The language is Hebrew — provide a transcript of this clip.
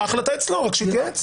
ההחלטה אצלו, רק שיתייעץ.